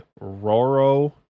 Roro